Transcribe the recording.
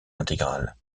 intégrale